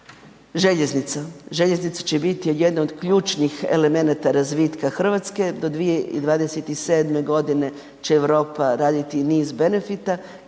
Željeznica će biti jedna od ključnih elemenata razvitka Hrvatske, do 2027. godine će Europa raditi niz benefita,